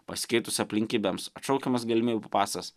pasikeitus aplinkybėms atšaukiamas galimybių pasas